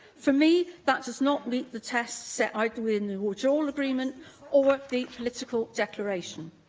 for me, that does not meet the test set either within the withdrawal agreement or the political declaration.